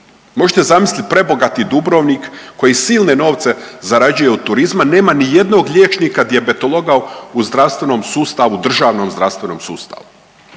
Možete zamisliti prebogati Dubrovnik koji silne novce zarađuje od turizma, nema nijednog liječnika dijabetologa u zdravstvenom sustavu, državnom zdravstvenom sustavu.